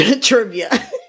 trivia